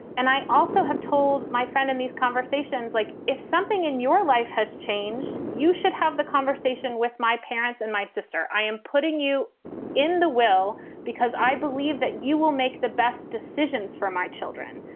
and i also have told my friend in these conversations, like, if something in your life has changed, you should have the conversation with my parents and my sister. i am putting you in the will because i believe that you will make the best decisions for my children.